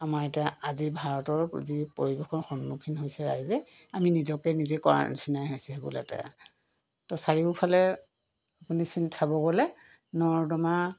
আমাৰ এতিয়া আজি ভাৰতৰ যি পৰিৱেশৰ সন্মুখীন হৈছে ৰাইজে আমি নিজকে নিজে কৰা নিচিনাই হৈছে মূলতে ত' চাৰিওফালে আপুনি চাব গ'লে নৰ্দমা